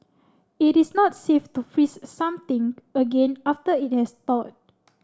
it is not safe to freeze something again after it has thawed